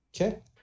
Okay